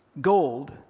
Gold